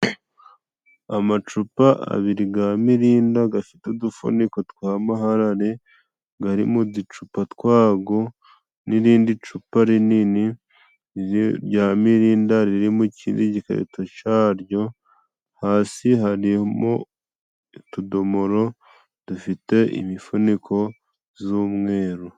Amacupa abiri ga mirinda ,gafite udufuniko twa maharare gari mu ducupa twago ,n'irindi cupa rinini rya mirinda riri mu kindi gikarito cyaryo hasi harimo utudomoro dufite imifuniko z'umweru.